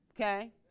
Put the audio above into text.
Okay